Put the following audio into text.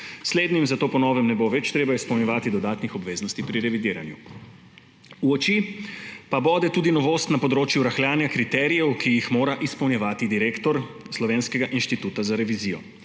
Slednjim zato po novem ne bo več treba izpolnjevati dodatnih obveznosti pri revidiranju. V oči pa bode tudi novost na področju rahljanja kriterijev, ki jih mora izpolnjevati direktor Slovenskega inštituta za revizijo.